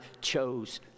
chose